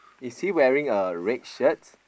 is he wearing a red shirt